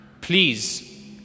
Please